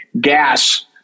gas